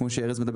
כפי שאומר ארז,